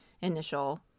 initial